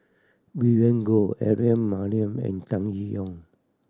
Vivien Goh Aaron Maniam and Tan Yee Hong